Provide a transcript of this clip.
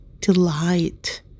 delight